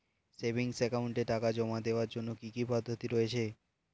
Savings একাউন্টে টাকা জমা দেওয়ার জন্য কি কি পদ্ধতি রয়েছে?